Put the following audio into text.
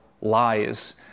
lies